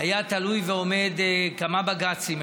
והיו תלויים ועומדים כמה בג"צים.